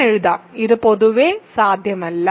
ഞാൻ എഴുതാം ഇത് പൊതുവേ സാധ്യമല്ല